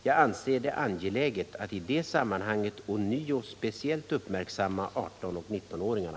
Jag anser det angeläget att i detta sammanhang ånyo speciellt uppmärksamma 18-19-åringarna.